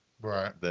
Right